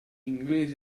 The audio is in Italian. inglesi